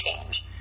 change